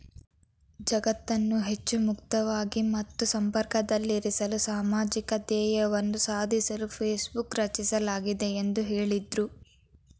ಜಗತ್ತನ್ನ ಹೆಚ್ಚು ಮುಕ್ತವಾಗಿ ಮತ್ತು ಸಂಪರ್ಕದಲ್ಲಿರಿಸಲು ಸಾಮಾಜಿಕ ಧ್ಯೇಯವನ್ನ ಸಾಧಿಸಲು ಫೇಸ್ಬುಕ್ ರಚಿಸಲಾಗಿದೆ ಎಂದು ಹೇಳಿದ್ರು